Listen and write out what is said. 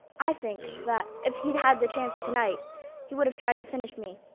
i think that if he'd had the chance tonight he would have tried to finish me.